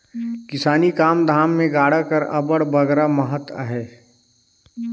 किसानी काम धाम मे गाड़ा कर अब्बड़ बगरा महत अहे